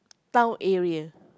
town area